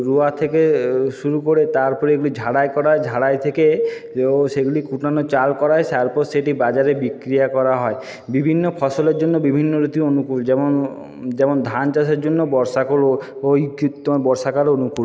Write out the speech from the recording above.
রোওয়া থেকে শুরু করে তারপর এগুলি ঝাড়াই করা হয় ঝাড়াই থেকে ও সেগুলি কুটোনো চাল করা হয় তারপর সেটি বাজারে বিক্রিয়া করা হয় বিভিন্ন ফসলের জন্য বিভিন্ন ঋতু অনুকূল যেমন যেমন ধান চাষের জন্য বর্ষাকাল ও বর্ষাকাল অনুকূল